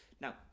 Now